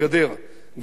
גם כשהוא נפגע,